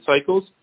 cycles